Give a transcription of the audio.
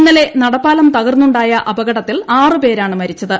ഇന്നലെ നടപ്പാലം തകർന്നുണ്ടായ അപകടത്തിൽ ആറ് പേരാണ് മരിച്ചത്